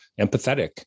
empathetic